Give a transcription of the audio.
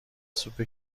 سوپ